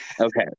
Okay